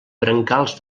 brancals